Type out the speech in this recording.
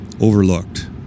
overlooked